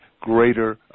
greater